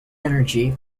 energy